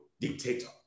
dictator